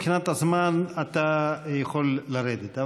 מבחינת הזמן אתה יכול לרדת,